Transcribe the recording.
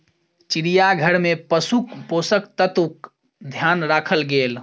चिड़ियाघर में पशुक पोषक तत्वक ध्यान राखल गेल